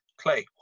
clay